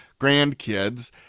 grandkids